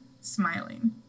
smiling